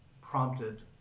prompted